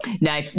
no